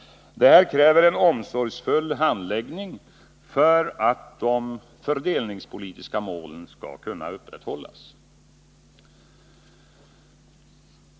Detta kräver en omsorgsfull handläggning för att de fördelningspolitiska målen skall kunna uppnås.